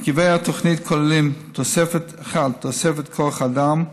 מרכיבי התוכנית כוללים: 1. תוספת כוח אדם,